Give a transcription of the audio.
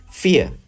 fear